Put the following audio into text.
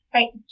Right